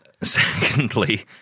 secondly